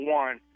one